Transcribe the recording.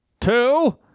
two